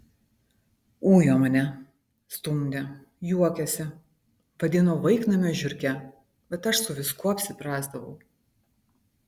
ujo mane stumdė juokėsi vadino vaiknamio žiurke bet aš su viskuo apsiprasdavau